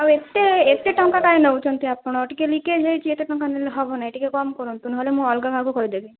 ଆଉ ଏତେ ଏତେ ଟଙ୍କା କାଇଁ ନେଉଛନ୍ତି ଆପଣ ଟିକେ ଲିକେଜ୍ ହେଇଚି ଏତେ ଟଙ୍କା ନେଲେ ହେବନାଇଁ ଟିକେ କମ୍ କରନ୍ତୁ ନହେଲେ ମୁଁ ଅଲଗା କାହାକୁ କହିଦେବି